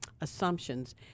assumptions